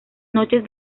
noches